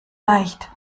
leicht